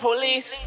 Police